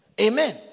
Amen